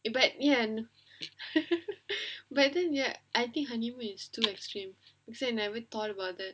but ya but then ya I think honeymoons is too extreme so I never thought about that